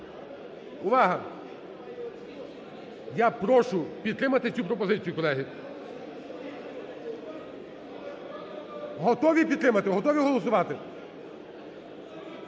увага! Я прошу підтримати цю пропозицію, колеги. Готові підтримати, готові голосувати?